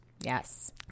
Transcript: Yes